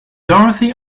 dorothy